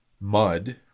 Mud